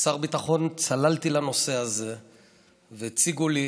כשר ביטחון צללתי לנושא הזה והציגו לי